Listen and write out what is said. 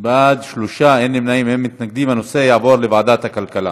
את הנושא לוועדת הכלכלה